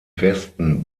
westen